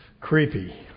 Creepy